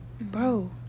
bro